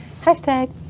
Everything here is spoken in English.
Hashtag